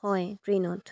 হয় ট্ৰেইনত